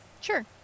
sure